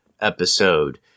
episode